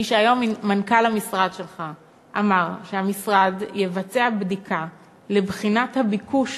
מי שהיום מנכ"ל המשרד שלך אמר שהמשרד יבצע בדיקה לבחינת הביקוש